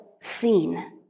seen